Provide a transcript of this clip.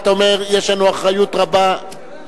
אתה אומר: יש לנו אחריות רבה,